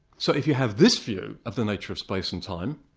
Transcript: so if you have this view of the nature of space and time,